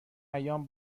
ایام